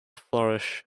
flourish